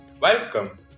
Welcome